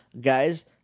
Guys